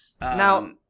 Now